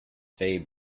fay